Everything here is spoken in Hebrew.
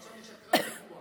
אמרת שאני שקרן ידוע.